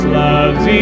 loves